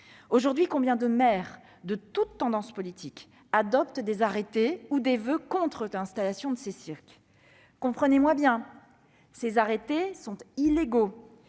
Aujourd'hui, combien de maires, de toutes tendances politiques, adoptent des arrêtés ou des voeux contre l'installation de ces cirques ? Comprenez-moi bien : de tels arrêtés sont illégaux,